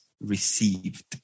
received